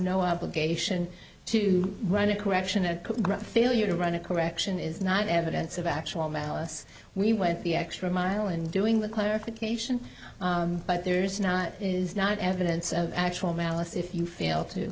no obligation to write a correction a failure to run a correction is not evidence of actual malice we went the extra mile in doing the clarification but there is not is not evidence of actual malice if you feel too